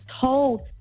told